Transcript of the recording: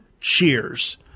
cheers